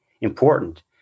important